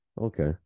Okay